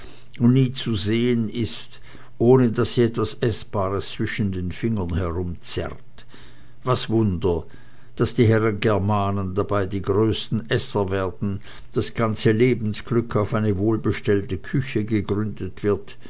und nie zu sehen ist ohne daß sie etwas eßbares zwischen den fingern herumzerrt was wunder daß die herren germanen dabei die größten esser werden das ganze lebensglück auf eine wohlbestellte küche gegründet wird